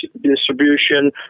distribution